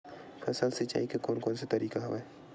फसल सिंचाई के कोन कोन से तरीका हवय?